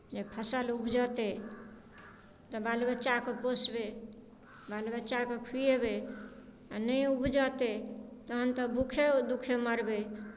जे फसल उपजतै तऽ बाल बच्चाकेँ पोसबै बाल बच्चाके खुअयबै आ नहि उपजतै तखन तऽ भूखे दुःखे मरबै